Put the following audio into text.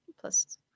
Plus